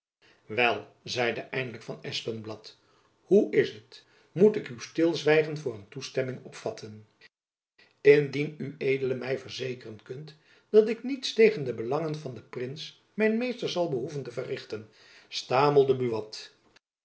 wel zeide eindelijk van espenblad hoe is het moet ik uw stilzwijgen voor een toestemming opvatten indien ued my verzekeren kunt dat ik niets tegen de belangen van den prins mijn meester zal behoeven te verrichten stamelde buat